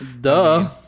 Duh